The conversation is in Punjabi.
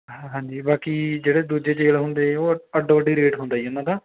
ਹਾਂਜੀ ਬਾਕੀ ਜਿਹੜੇ ਦੂਜੇ ਚੌਲ ਹੁੰਦੇ ਉਹ ਅੱਡੋ ਅੱਡੀ ਰੇਟ ਹੁੰਦਾ ਜੀ ਉਹਨਾਂ ਦਾ